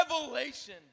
revelation